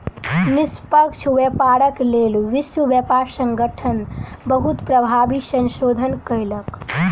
निष्पक्ष व्यापारक लेल विश्व व्यापार संगठन बहुत प्रभावी संशोधन कयलक